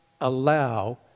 allow